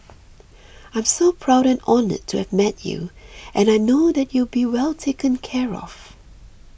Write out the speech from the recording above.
I'm so proud and honoured to have met you and I know that you'll be well taken care of